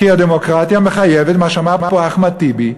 כי הדמוקרטיה מחייבת מה שאמר פה אחמד טיבי,